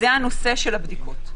נושא הבדיקות.